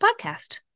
podcast